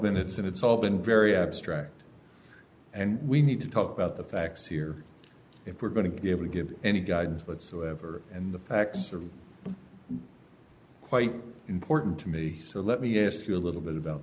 minutes and it's all been very abstract and we need to talk about the facts here if we're going to be able to give any guidance but so ever and the facts are quite important to me so let me ask you a little bit about